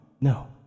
no